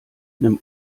nimm